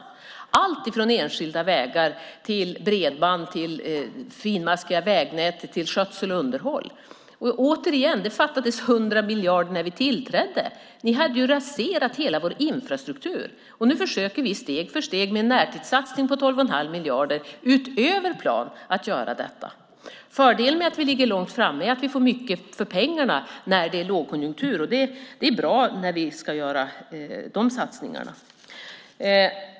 Det gäller allt, från enskilda vägar till bredband, finmaskiga vägnät samt skötsel och underhåll. Återigen: Det fattades 100 miljarder när vi tillträdde. Ni hade ju raserat landets hela infrastruktur. Nu försöker vi steg för steg med en närtidssatsning på 12 1⁄2 miljard utöver planen att göra detta. Fördelen med att vi ligger långt framme är att vi får mycket för pengarna när det är lågkonjunktur. Det är bra när vi ska göra sådana satsningar.